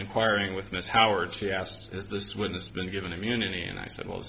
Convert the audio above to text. inquiring with miss howard she asked is this witness been given immunity and i said w